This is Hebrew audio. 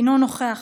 אינו נוכח,